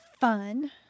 fun